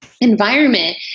Environment